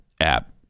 app